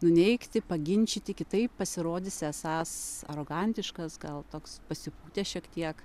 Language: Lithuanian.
nuneigti paginčyti kitaip pasirodysi esąs arogantiškas gal toks pasipūtęs šiek tiek